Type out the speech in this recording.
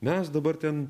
mes dabar ten